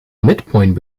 midpoint